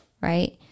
right